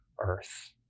Earth